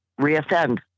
reoffend